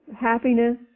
happiness